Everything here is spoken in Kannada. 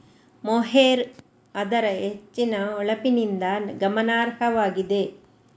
ಮೊಹೇರ್ ಅದರ ಹೆಚ್ಚಿನ ಹೊಳಪಿನಿಂದ ಗಮನಾರ್ಹವಾಗಿದೆ